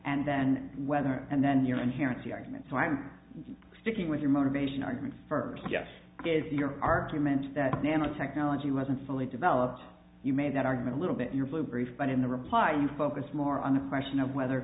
and then whether and then you're inherent the argument so i'm sticking with your motivation arguments for yes is your argument that nanotechnology wasn't fully developed you made that argument a little bit your blue brief but in the reply you focus more on the question of whether